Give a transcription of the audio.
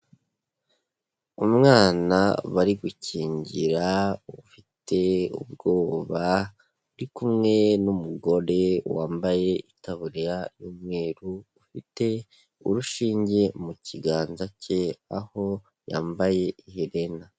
Umwana bari gukingira ufite ubwoba, uri kumwe n'umugore wambaye itaburiya y'umweru, ufite urushinge mu kiganza cye, aho yambaye iherena.